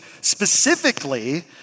specifically